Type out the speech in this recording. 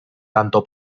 tanto